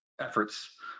efforts